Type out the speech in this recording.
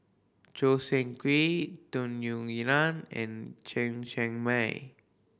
Choo Seng Quee Tung Yue and Chen Chen Mei